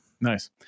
Nice